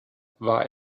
war